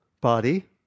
body